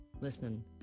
Listen